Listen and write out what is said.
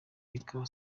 ikabaha